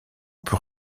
peut